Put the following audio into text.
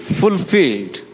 fulfilled